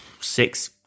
six